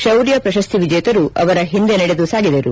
ಶೌರ್ಯ ಪ್ರಶಸ್ತಿ ವಿಜೇತರು ಅವರ ಹಿಂದೆ ನಡೆದು ಸಾಗಿದರು